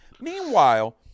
Meanwhile